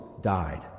died